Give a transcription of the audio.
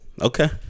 Okay